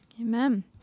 Amen